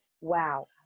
Wow